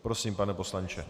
Prosím, pane poslanče.